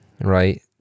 right